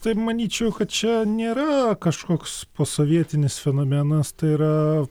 tai manyčiau kad čia nėra kažkoks posovietinis fenomenas tai yra